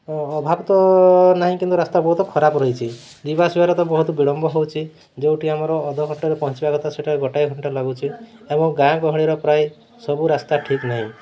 ଅଭାବ ତ ନାହିଁ କିନ୍ତୁ ରାସ୍ତା ବହୁତ ଖରାପ ରହିଛି ଯିବା ଆସିବାରେ ତ ବହୁତ ବିଳମ୍ବ ହେଉଛି ଯେଉଁଠି ଆମର ଅଧଘଣ୍ଟାରେ ପହଞ୍ଚିବା କଥା ସେଇଟା ଗୋଟାଏ ଘଣ୍ଟା ଲାଗୁଛି ଏବଂ ଗାଁ ଗହଳିର ପ୍ରାୟ ସବୁ ରାସ୍ତା ଠିକ୍ ନାହିଁ